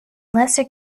lesser